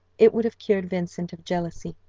it would have cured vincent of jealousy,